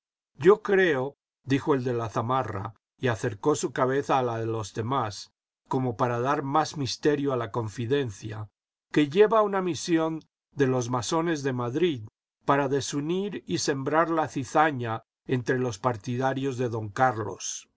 yo creo dijo el de la zamara y acercó su cabeza a la de los demás como para dar m ás misterio a la confidencia que lleva una misión de los masones de madrid para desunir y sembrar la cizaña entre los partidarios de don carlos